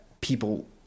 people